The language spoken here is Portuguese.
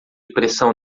pressão